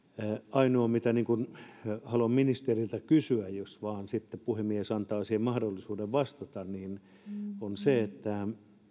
ainoa asia mitä haluan ministeriltä kysyä jos vain sitten puhemies antaa siihen mahdollisuuden vastata on se että